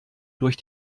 durch